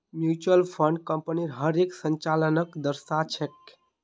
mutual fund कम्पनीर हर एक संचालनक दर्शा छेक